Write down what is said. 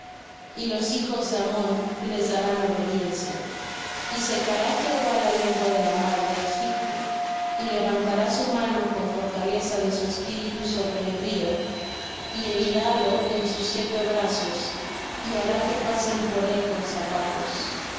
y los hijos de ammón les darán obediencia y secará jehová la lengua de la mar de egipto y levantará su mano con fortaleza de su espíritu sobre el río y herirálo en sus siete brazos y hará que pasen por él con zapatos